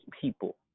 people